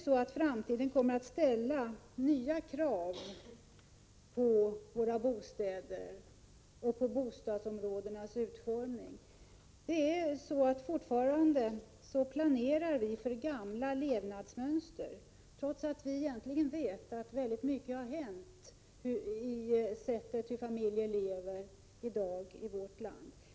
I framtiden kommer det att ställas nya krav på våra bostäder och bostadsområdenas utformning. Fortfarande planerar vi för gamla levnadsmönster, trots att vi egentligen vet att väldigt mycket har hänt i fråga om hur familjer i dag lever i vårt land.